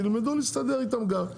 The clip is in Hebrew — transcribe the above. תלמדו להסתדר איתם גם.